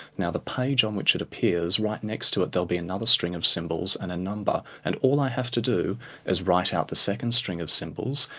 now the page on which it appears, right next to it there'll be another string of symbols and a number, and all i have to do is write out the second string of symbols,